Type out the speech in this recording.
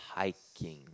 hiking